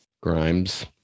Grimes